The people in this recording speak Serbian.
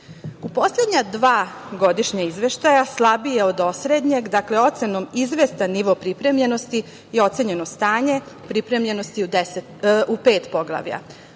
poslednja dva godišnja izveštaja slabije od osrednjeg, dakle ocenom izvestan nivo pripremljenosti je ocenjeno stanje pripremljenosti u pet poglavlja,